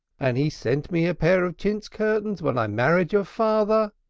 and he sent me a pair of chintz curtains when i married your father.